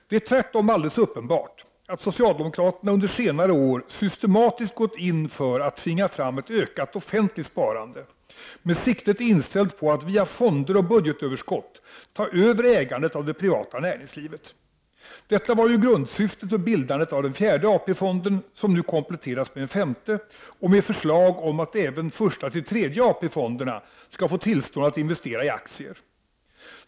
Det är tvärtom alldeles uppenbart att socialdemokraterna under senare år systematiskt har gått in för att tvinga fram ett ökat offentligt sparande, med siktet inställt på att via fonder och budgetöverskott ta över ägandet av det privata näringslivet. Detta var ju grundsyftet med bildandet av den 4:e AP-fonden, som nu kompletterats med en femte och med framlagda förslag om att även första, andra och tredje AP-fonden skall få tillstånd att investera i aktier.